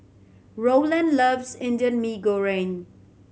Rowland loves Indian Mee Goreng